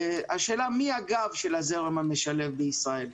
השאלה, מי הגב של הזרם המשלב בישראל?